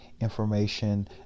information